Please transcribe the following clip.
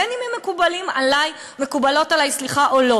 בין שהן מקובלות עלי ובין שלא,